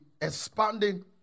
expanding